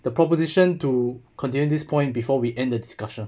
the proposition to continue this point before we end the discussion